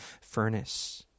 furnace